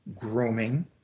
grooming